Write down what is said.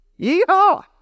Yeehaw